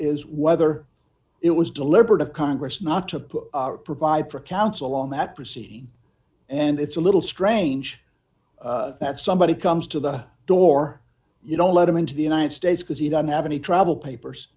is whether it was deliberate of congress not to provide for counsel on that proceeding and it's a little strange that somebody comes to the door you don't let him into the united states because he doesn't have any travel papers